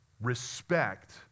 respect